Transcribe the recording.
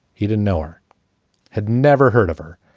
he didn't know or had never heard of her.